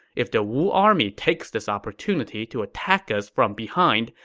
if the wu army takes this opportunity to attack us from behind,